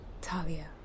Talia